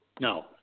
No